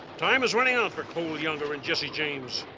time is running out for cole younger and jesse james.